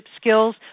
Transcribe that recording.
skills